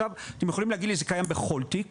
אתם יכולים להגיד לי שזה קיים בכל תיק